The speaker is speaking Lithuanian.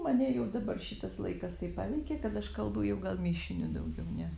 mane jau dabar šitas laikas taip paveikė kad aš kalbu jau gal mišiniu daugiau ne